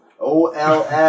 OLF